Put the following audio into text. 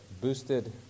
boosted